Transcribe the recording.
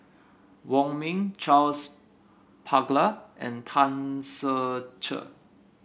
Wong Ming Charles Paglar and Tan Ser Cher